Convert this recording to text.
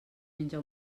menja